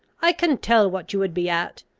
i can tell what you would be at.